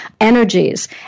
energies